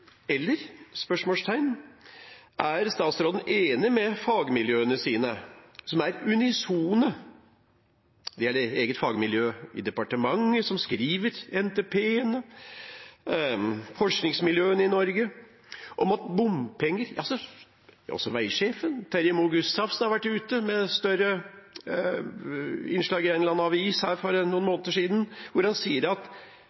eller? Er statsråden enig med fagmiljøene sine – det er et eget fagmiljø i departementet som skriver NTP-ene, og forskningsmiljøene i Norge – som er unisone? Også veisjefen, Terje Moe Gustavsen, har vært ute i større oppslag i en eller annen avis for noen måneder siden hvor han sier at